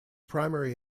primary